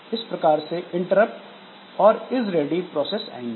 इस प्रकार से इंटरप्ट और इज रेडी प्रोसेस आएंगी